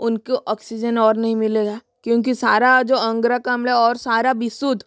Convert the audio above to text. उनको औक्सीजन और नहीं मिलेगा क्योंकि सारा जो है और सारा विशुद्ध